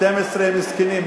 12 מסכנים,